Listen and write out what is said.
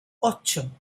ocho